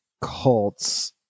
cults